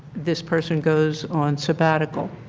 this person goes on sabbatical,